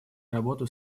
работу